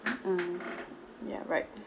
mm yeah right